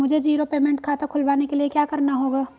मुझे zero payment खाता खुलवाने के लिए क्या करना होगा?